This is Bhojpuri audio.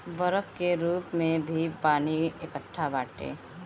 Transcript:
बरफ के रूप में भी पानी एकट्ठा बाटे